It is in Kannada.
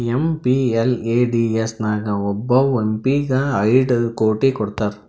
ಎಮ್.ಪಿ.ಎಲ್.ಎ.ಡಿ.ಎಸ್ ನಾಗ್ ಒಬ್ಬವ್ ಎಂ ಪಿ ಗ ಐಯ್ಡ್ ಕೋಟಿ ಕೊಡ್ತಾರ್